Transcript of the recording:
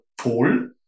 pool